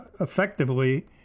effectively